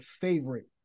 favorite